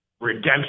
Redemption